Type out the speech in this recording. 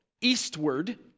eastward